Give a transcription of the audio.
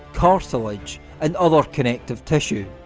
cartilage and other connective tissue.